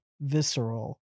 visceral